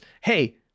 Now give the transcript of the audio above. hey